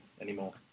anymore